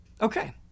Okay